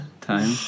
Time